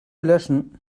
löschen